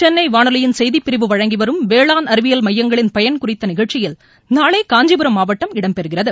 சென்னை வானொலியின் செய்திப்பிரிவு வழங்கிவரும் வேளாண் அறிவியல் மையங்களின் பயன் குறித்த நிகழ்ச்சியில் நாளை காஞ்சிபுரம் மாவட்டம் இடம் பெறுகிறது